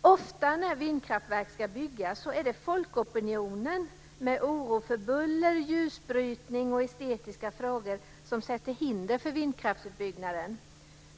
Ofta när vindkraftverk ska byggas är det folkopinionen med oro för buller, ljusbrytning och estetiska frågor som sätter hinder för vindkraftsutbyggnaden.